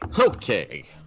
okay